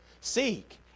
Seek